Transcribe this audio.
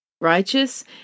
righteous